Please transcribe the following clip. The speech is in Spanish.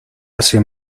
hace